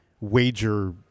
wager